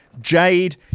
jade